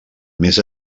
més